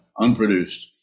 unproduced